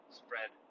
spread